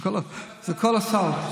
זה כל הסל.